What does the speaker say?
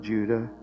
Judah